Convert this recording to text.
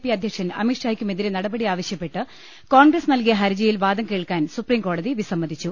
P അധ്യക്ഷൻ അമിത്ഷായക്കുമെതിരെ നട പടി ആവശ്യപ്പെട്ട് കോൺഗ്രസ് നൽകിയ ഹർജിയിൽ വാദം കേൾക്കാൻ സുപ്രീംകോടതി വിസമ്മതിച്ചു